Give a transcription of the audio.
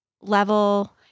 level